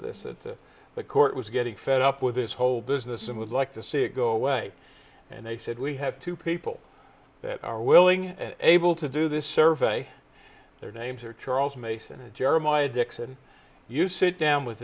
of this that the court was getting fed up with this whole business and would like to see it go away and they said we have two people that are willing and able to do this survey their names are charles mason and jeremiah dixon you sit down with